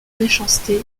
méchanceté